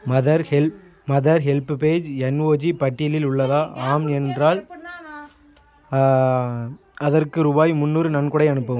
mother help mother help age NGO பட்டியலில் உள்ளதா ஆம் என்றால் அதற்கு ருபாய் முந்நூறு நன்கொடை அனுப்பவும்